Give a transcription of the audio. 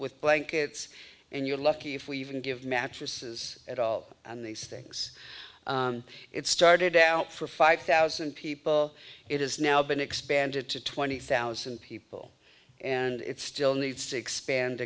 with blankets and you're lucky if we even give mattresses at all these things it started out for five thousand people it has now been expanded to twenty thousand people and it still needs to expand